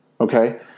Okay